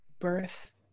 birth